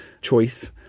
choice